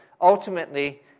ultimately